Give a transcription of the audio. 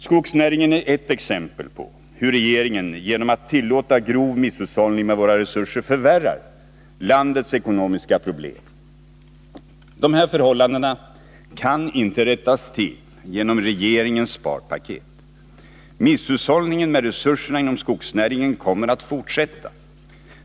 Skogsnäringen är ett exempel på hur regeringen genom att tillåta grov misshushållning med våra resurser förvärrar landets ekonomiska problem. De här förhållandena kan inte rättas till genom regeringens sparpaket. Misshushållningen med resurserna inom skogsnäringen kommer att fortsätta.